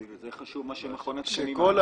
כדי שכל החאפרים,